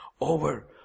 over